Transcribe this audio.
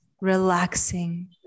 relaxing